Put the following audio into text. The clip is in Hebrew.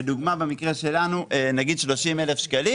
לדוגמה, במקרה שלנו, 30,000 ₪.